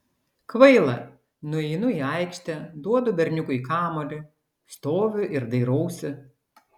kvaila nueinu į aikštę duodu berniukui kamuolį stoviu ir dairausi